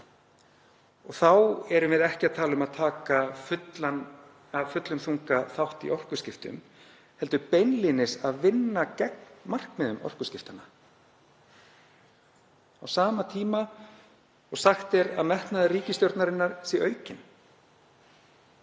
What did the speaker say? Þá erum við ekki að tala um að taka af fullum þunga þátt í orkuskiptum heldur beinlínis að vinna gegn markmiðum orkuskiptanna á sama tíma og sagt er að metnaður ríkisstjórnarinnar sé aukinn.